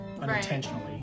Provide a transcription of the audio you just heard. Unintentionally